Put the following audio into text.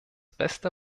beste